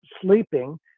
sleeping